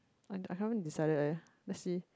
I I haven't decided eh let's see